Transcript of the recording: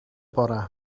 bore